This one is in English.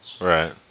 Right